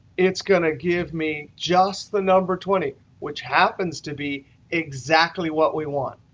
it's going to give me just the number twenty, which happens to be exactly what we want.